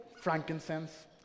frankincense